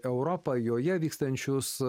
europą joje vykstančius